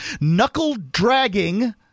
knuckle-dragging